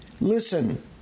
listen